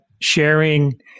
sharing